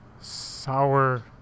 Sour